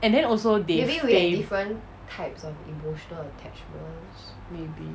and then also they they maybe